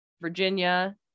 Virginia